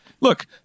Look